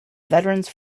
veterans